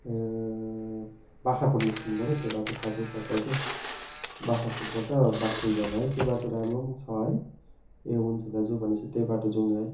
बाख्राकोट निस्किनुपऱ्यो त्यो बाटो सात सौ सत्र चाहिँ बाख्राकोटबाट बाघपुल भएर है त्यो बाटो राम्रो पनि छ है ए हुन्छ दाजु भनेपछि त्यही बाटो जाऊँ न है